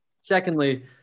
Secondly